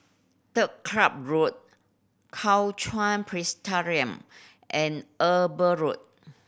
Turf Club Road Kuo Chuan Presbyterian and Eber Road